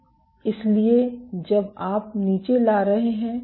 इसलिए जब आप नीचे ला रहे हैं